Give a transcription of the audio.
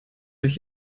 euch